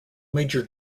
major